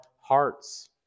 hearts